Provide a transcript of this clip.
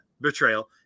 Betrayal